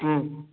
ஆ